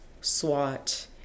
SWAT